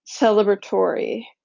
celebratory